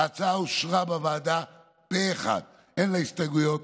ההצעה אושרה בוועדה פה אחד, ואין לה הסתייגויות.